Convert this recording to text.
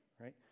right